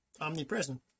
omnipresent